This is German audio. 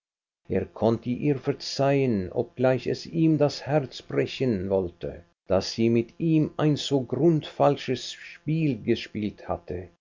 er konnte ihr verzeihen obgleich es ihm das herz brechen wollte daß sie mit ihm ein so grundfalsches spiel gespielt hatte